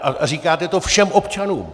A říkáte to všem občanům.